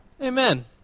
Amen